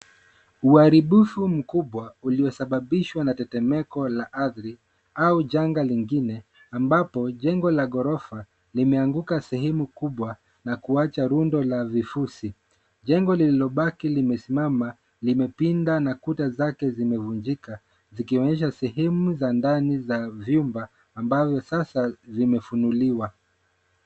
Uharibifu mkubwa uliosababishwa na tetemeko la ardhi au janga lingine ambapo jengo la ghorofa limeanguka sehemu kubwa na kuacha rundo la vifusi. Jengo lililobaki likisimama limepinda na kuta zake zimevunjika zikionyesha sehemu za ndani za vyumba ambavyo sasa zimefunuliwa.